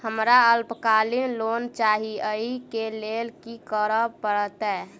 हमरा अल्पकालिक लोन चाहि अई केँ लेल की करऽ पड़त?